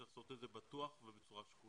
צריך לעשות את זה בטוח ובצורה שקולה.